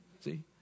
See